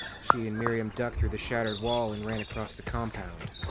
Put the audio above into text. she and miriam ducked through the shattered wall and ran across the compound.